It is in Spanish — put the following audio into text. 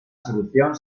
solución